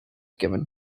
given